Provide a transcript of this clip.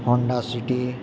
Honda city